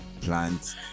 plants